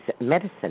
medicine